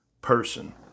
person